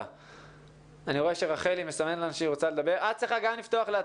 נתנה להם תחושה שזה בסדר אם ימשיכו לפתוח את בתי